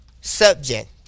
subject